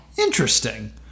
Interesting